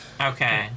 Okay